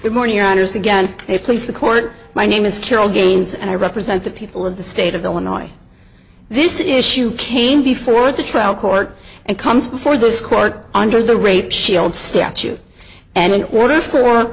good morning honors again they please the court my name is carol games and i represent the people of the state of illinois this issue came before the trial court and comes before this court under the rape shield statute and in order for